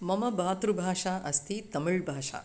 मम मातृभाषा अस्ति तमिळ्भाषा